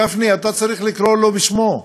גפני, אתה צריך לקרוא לו בשמו: